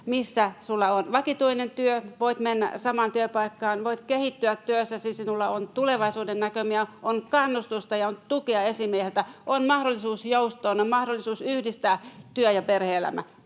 missä sinulla on vakituinen työ. Voit mennä samaan työpaikkaan, voit kehittyä työssäsi, sinulla on tulevaisuudennäkymiä, on kannustusta ja on tukea esimieheltä, on mahdollisuus joustoon, on mahdollisuus yhdistää työ- ja perhe-elämä.